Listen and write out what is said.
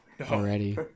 already